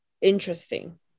interesting